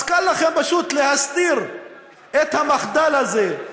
אז קל לכם פשוט להסתיר את המחדל הזה,